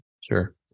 Sure